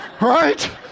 Right